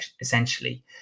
essentially